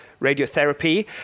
radiotherapy